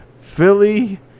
Philly